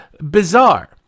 bizarre